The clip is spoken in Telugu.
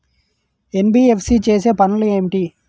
ఎన్.బి.ఎఫ్.సి చేసే పనులు ఏమిటి?